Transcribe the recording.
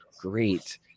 great